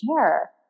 share